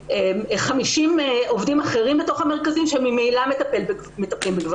50 עובדים אחרים בתוך המרכזים שהם ממילא מטפלים בגברים.